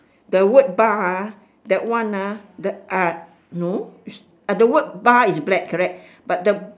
the word bar ah that one ah the ah no is uh the word bar is black correct but the